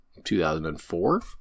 2004